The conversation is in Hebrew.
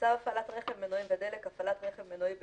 "צו הפעלת רכב (מנועים ודלק)(הפעלת רכב מנועי בבנזין)(תיקון),